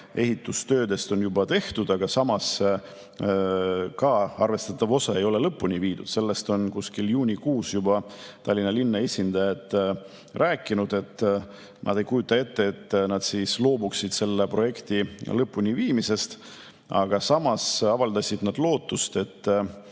ehitustöödest on juba tehtud, aga samas arvestatav osa ei ole lõpuni viidud. Sellest on Tallinna linna esindajad juba juunikuus rääkinud, et nad ei kujuta ette, et nad loobuksid selle projekti lõpuni viimisest. Aga samas avaldasid nad lootust, et